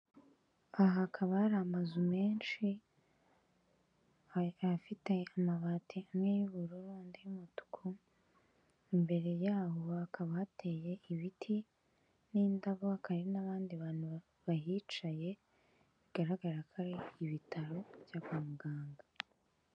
Aha hakaba hari amazu menshi, ayafite amabati amwe y'ubururu, andi y'umutuku, imbere yaho hakaba hateye ibiti n'indabo, kaba hari n'abandi bantu bahicaye, bigaragara ko ari ibitaro byo kwa muganga.